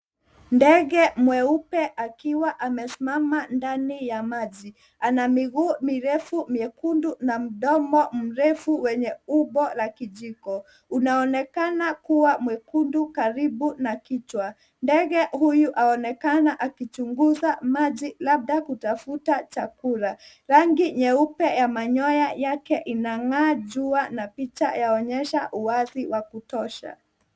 Ndege mweupe akiwa amesimama ndani ya maji ana miguu mirefu miekundu na mdomo mrefu wenye umbo la kijiko. Unaonekana kuwa mwekundu karibu na kichwa. Ndege huyu aonekana akichunguza maji labda kutafuta chakula. Rangi nyeupe ya manyoya yake inang' aa jua na picha yaonyesha uwazi wa kutosha.